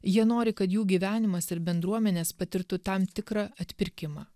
jie nori kad jų gyvenimas ir bendruomenės patirtų tam tikrą atpirkimą